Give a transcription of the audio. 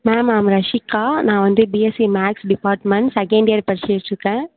ma'am I'm Rashika நான் வந்து BSc maths department second year படிஷிட்டு இருக்கேன்